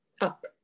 up